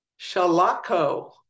Shalako